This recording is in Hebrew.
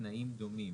בתנאים דומים".